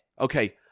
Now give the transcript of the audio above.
Okay